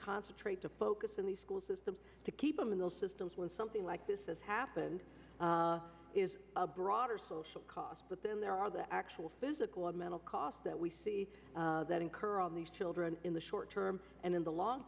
concentrate to focus in the school system to keep them in those systems when something like this has happened is a broader social cost but then there are the actual physical and mental costs that we see that incur on these children in the short term and in the long